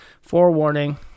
forewarning